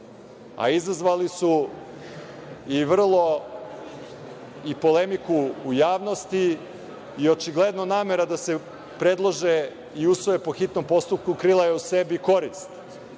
a izazvali su i polemiku u javnosti i očigledno namera da se predlože i usvoje po hitnom postupku krila je u sebi korist,